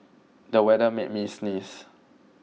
the weather made me sneeze